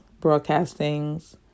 broadcastings